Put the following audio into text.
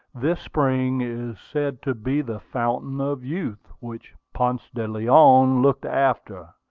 this spring is said to be the fountain of youth, which ponce de leon looked after,